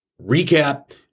recap